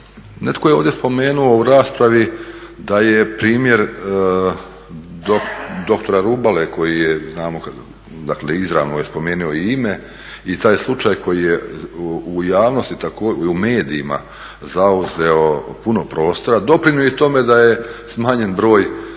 Netko je ovdje spomenuo u raspravi da je primjer dr. Rubale koji je znamo, dakle izravno je spomenuo i ime i taj slučaj koji je u javnosti također, u medijima zauzeo puno prostora doprinio je i tome da je smanjen broj